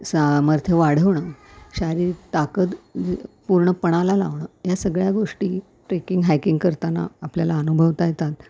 सामर्थ्य वाढवणं शारीरिक ताकद पूर्णपणाला लावणं या सगळ्या गोष्टी ट्रेकिंग हायकिंग करताना आपल्याला अनुभवता येतात